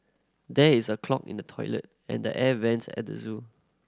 there is a clog in the toilet and air vents at the zoo